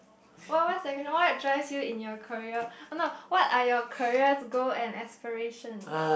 what drives you in your career no what are your career goal and aspirations